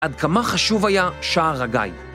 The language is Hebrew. עד כמה חשוב היה שער הגיא.